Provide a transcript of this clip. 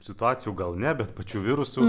situacijų gal ne bet pačių virusų